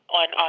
on